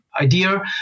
idea